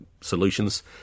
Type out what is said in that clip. solutions